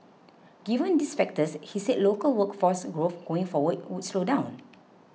given these factors he said local workforce growth going forward would slow down